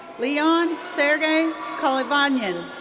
leon sergey khalyavin. yeah and